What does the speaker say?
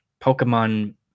Pokemon